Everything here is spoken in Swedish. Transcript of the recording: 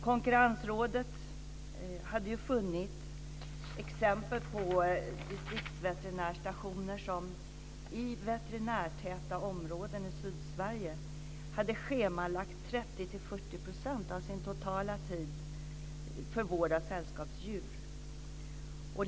Konkurrensrådet hade funnit exempel på distriktsveterinärstationer som i veterinärtäta områden i Sydsverige hade schemalagt 30-40 % av sin totala tid för vård av sällskapsdjur.